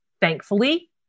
Thankfully